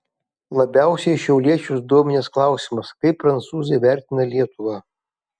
labiausiai šiauliečius dominęs klausimas kaip prancūzai vertina lietuvą